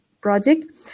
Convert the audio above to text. project